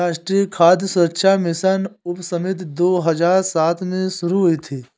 राष्ट्रीय खाद्य सुरक्षा मिशन उपसमिति दो हजार सात में शुरू हुई थी